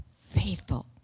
faithful